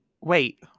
wait